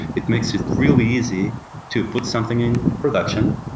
it makes it really easy to put something in production,